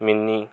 mini